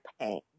pain